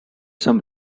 some